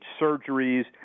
surgeries